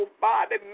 body